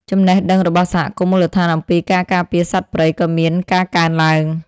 ចំណេះដឹងរបស់សហគមន៍មូលដ្ឋានអំពីការការពារសត្វព្រៃក៏មានការកើនឡើង។